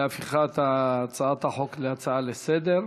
להפיכת הצעת החוק להצעה לסדר-היום.